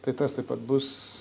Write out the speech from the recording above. tai tas taip pat bus